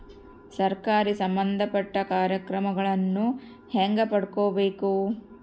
ಸರಕಾರಿ ಸಂಬಂಧಪಟ್ಟ ಕಾರ್ಯಕ್ರಮಗಳನ್ನು ಹೆಂಗ ಪಡ್ಕೊಬೇಕು?